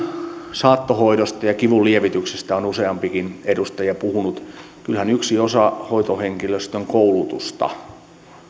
saattohoidosta ja kivun lievityksestä on useampikin edustaja puhunut kyllähän yksi osa hoitohenkilöstön koulutusta